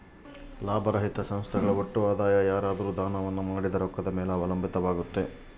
ಲಾಭರಹಿತ ಸಂಸ್ಥೆಗಳ ಒಟ್ಟು ಆದಾಯ ಯಾರಾದ್ರು ದಾನವನ್ನ ಮಾಡಿದ ರೊಕ್ಕದ ಮೇಲೆ ಅವಲಂಬಿತವಾಗುತ್ತೆ